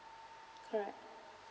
correct